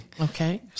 Okay